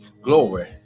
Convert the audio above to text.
Glory